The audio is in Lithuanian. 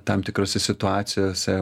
tam tikrose situacijose